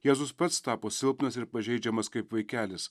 jėzus pats tapo silpnas ir pažeidžiamas kaip vaikelis